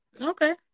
Okay